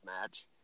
match